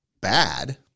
bad